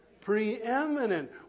Preeminent